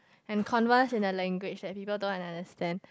and converse in a language that people don't understand